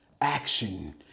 action